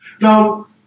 Now